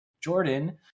Jordan